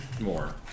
more